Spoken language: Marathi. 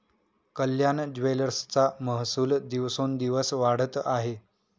कल्याण ज्वेलर्सचा महसूल दिवसोंदिवस वाढत आहे